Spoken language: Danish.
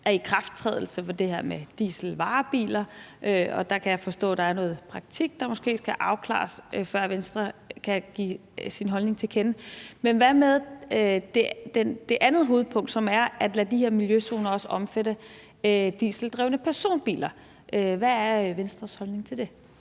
af ikrafttrædelsen af det her med dieselvarebiler, og der kan jeg forstå at der er noget praktik, der måske skal afklares, før Venstre kan give sin holdning til kende. Men hvad med det andet hovedpunkt, som er også at lade de her miljøzoner omfatte dieseldrevne personbiler? Hvad er Venstres holdning til det?